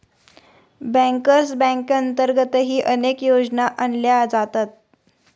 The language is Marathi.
बँकर्स बँकेअंतर्गतही अनेक योजना आणल्या जातात